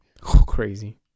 Crazy